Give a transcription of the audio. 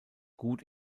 gut